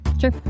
Sure